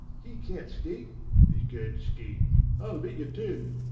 he can't skate he can skate i'll bet you ten.